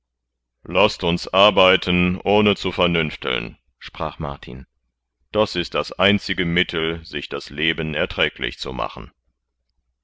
laßt uns arbeiten ohne zu vernünfteln sprach martin das ist das einzige mittel sich das leben erträglich zu machen